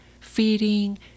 feeding